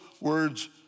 words